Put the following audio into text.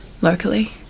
locally